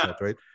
right